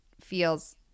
feels